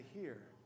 hear